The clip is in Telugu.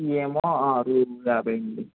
ఇవి ఏమో ఆరు వందల యాభై అండి